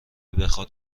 بخاد